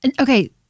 okay